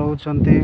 ରହୁଛନ୍ତି